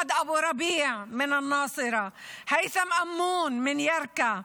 מוחמד אבו רביע מנצרת, הייתם אמון מירכא,